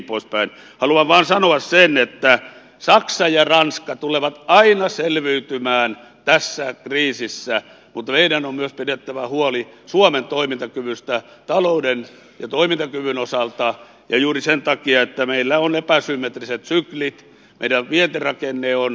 haluan vain sanoa sen että saksa ja ranska tulevat aina selviytymään tässä kriisissä mutta meidän on myös pidettävä huoli suomen toimintakyvystä talouden ja toimintakyvyn osalta juuri sen takia että meillä on epäsymmetriset syklit meidän vientirakenteemme takia